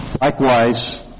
Likewise